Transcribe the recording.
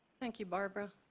thank you barbara.